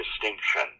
distinction